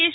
H